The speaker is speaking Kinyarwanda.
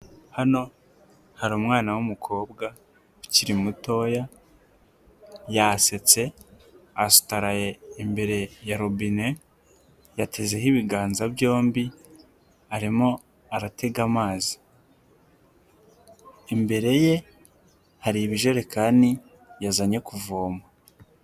Hano hari umwana w'umukobwa, ukiri mutoya, yasetse, asutaraye imbere ya robine, yatezeho ibiganza byombi, arimo aratega amazi, imbere ye hari ibijerekani yazanye kuvoma.